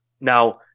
Now